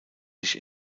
sich